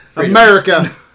America